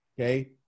okay